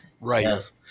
Right